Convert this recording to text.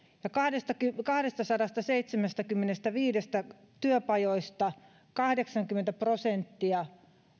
kahdestasadastaseitsemästäkymmenestäviidestä työpajasta kahdeksankymmentä prosenttia